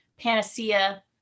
panacea